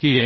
की Mvv